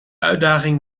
uitdaging